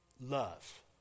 love